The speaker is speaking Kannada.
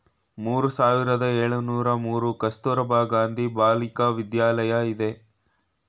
ಮೂರು ಸಾವಿರದ ಏಳುನೂರು ಮೂರು ಕಸ್ತೂರಬಾ ಗಾಂಧಿ ಬಾಲಿಕ ವಿದ್ಯಾಲಯ ಇದೆ